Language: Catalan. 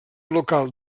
local